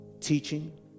teaching